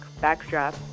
backdrop